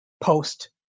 post